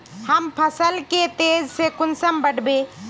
हम फसल के तेज से कुंसम बढ़बे?